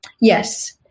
Yes